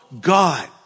God